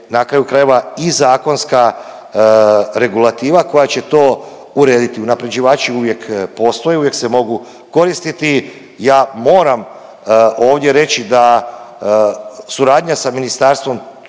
na kraju krajeva i zakonska regulativa koja će to urediti, unaprjeđivači uvijek postoje, uvijek se mogu koristiti. Ja moram ovdje reći da suradnja sa Ministarstvom